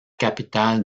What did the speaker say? capitale